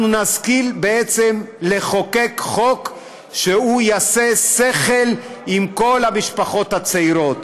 אנחנו נשכיל בעצם לחוקק חוק שיעשה שכל עם כל המשפחות הצעירות.